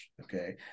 okay